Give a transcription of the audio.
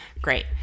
great